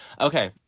Okay